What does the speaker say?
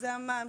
אחוזי המע"מ,